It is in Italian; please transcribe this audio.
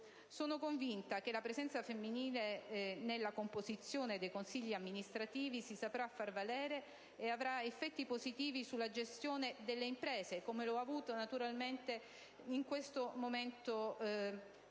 Sono convinta che la presenza femminile nella composizione dei consigli di amministrazione si saprà far valere e che avrà effetti positivi sulla gestione delle imprese, come li ha avuti naturalmente in questo momento di